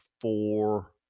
Four